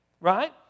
right